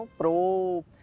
pro